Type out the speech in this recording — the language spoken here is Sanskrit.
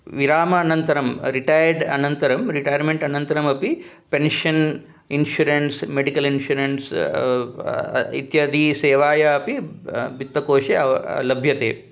विरामानन्तरं रिटैर्ड् अनन्तरं रिटैर्मेण्ट् अनन्तरमपि पेन्शन् इन्शुरेन्स् मेडिकल् इन्शुरेन्स् इत्यादि सेवा अपि वित्तकोषे लभ्यते